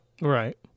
right